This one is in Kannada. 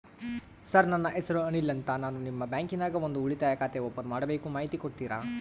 ಸರ್ ನನ್ನ ಹೆಸರು ಅನಿಲ್ ಅಂತ ನಾನು ನಿಮ್ಮ ಬ್ಯಾಂಕಿನ್ಯಾಗ ಒಂದು ಉಳಿತಾಯ ಖಾತೆ ಓಪನ್ ಮಾಡಬೇಕು ಮಾಹಿತಿ ಕೊಡ್ತೇರಾ?